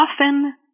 often